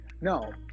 No